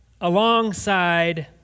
alongside